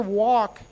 walk